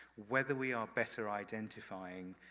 whether we are better identifying